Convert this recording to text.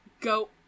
go